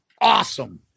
awesome